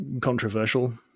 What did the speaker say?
controversial